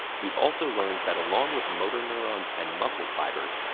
we've also learned that along with motor neurons and muscle fibers,